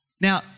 Now